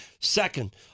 Second